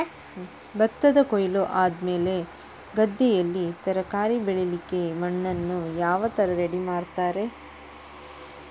ಭತ್ತದ ಕೊಯ್ಲು ಆದಮೇಲೆ ಗದ್ದೆಯಲ್ಲಿ ತರಕಾರಿ ಬೆಳಿಲಿಕ್ಕೆ ಮಣ್ಣನ್ನು ಯಾವ ತರ ರೆಡಿ ಮಾಡ್ತಾರೆ?